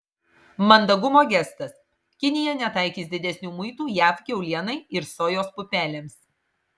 mandagumo gestas kinija netaikys didesnių muitų jav kiaulienai ir sojos pupelėms